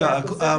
מה